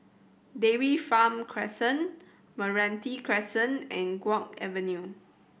Dairy Farm Crescent Meranti Crescent and Guok Avenue